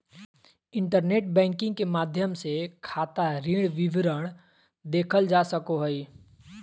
internet banking के माध्यम से खाता ऋण विवरण देखल जा सको हइ